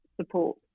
support